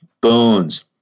bones